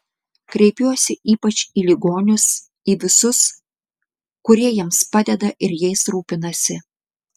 kreipiuosi ypač į ligonius į visus kurie jiems padeda ir jais rūpinasi